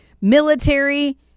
military